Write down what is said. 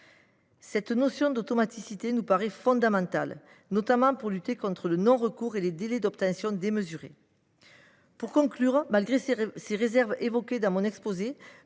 Cette notion d’automaticité nous paraît fondamentale, en particulier pour lutter contre le non recours et les délais d’obtention démesurés. Pour conclure, malgré les réserves que je viens